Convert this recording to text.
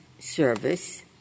service